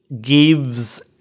gives